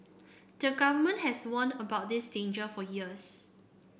the government has warned about this danger for years